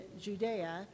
Judea